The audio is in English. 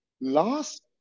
last